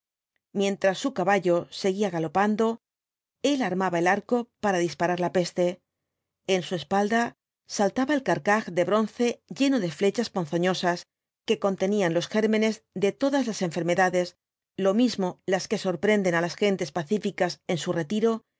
mientras su caballo seguía galopando él armaba el arco para disparar la peste en su espalda saltaba el carcaj de bronce lleno de flechas ponzoñosas que contenían los gérmenes de todas las enfermedades lo mismo las que sorprenden á las gentes pacíficas en su retiro